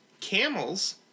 camels